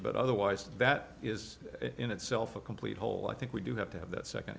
but otherwise that is in itself a complete whole i think we do have to have that